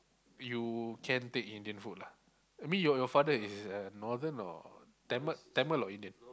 you can take Indian food lah I mean your your father is Northern or Tamil Tamil or Indian